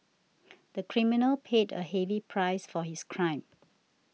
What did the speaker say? the criminal paid a heavy price for his crime